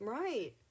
right